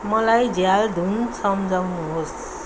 मलाई झ्याल धुन सम्झाउनुहोस्